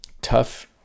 tough